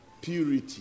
Purity